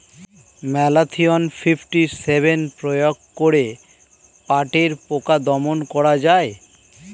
Malathion fifty seven প্রয়োগ করে পাটের পোকা দমন করা যায়?